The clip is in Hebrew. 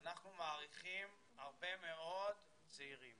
אנחנו מעריכים הרבה מאוד זהירים